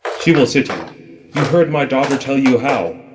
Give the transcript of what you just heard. she will sit you you heard my daughter tell you how.